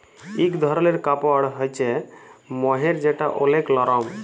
ইক ধরলের কাপড় হ্য়চে মহের যেটা ওলেক লরম